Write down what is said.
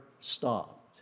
stopped